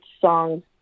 songs